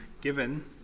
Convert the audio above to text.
given